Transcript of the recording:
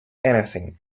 anything